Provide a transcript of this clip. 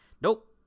Nope